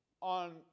on